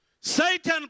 Satan